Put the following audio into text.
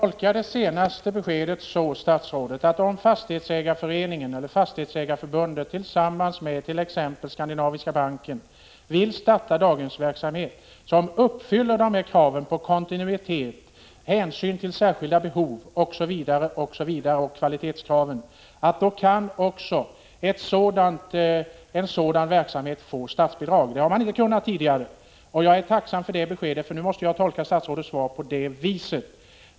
Herr talman! Skall jag tolka det senaste beskedet så att om Fastighetsägareförbundet tillsammans med t.ex. Skandinaviska Enskilda Banken vill starta ett daghem som uppfyller kraven på kontinuitet, hänsyn till särskilda behov och de andra kvalitetskraven, då skall också en sådan verksamhet kunna få statsbidrag? Så har det inte varit tidigare. Jag är tacksam för det beskedet, för nu måste jag tolka svaret på det viset.